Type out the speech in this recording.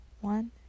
one